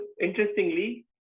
interestingly